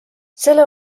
selle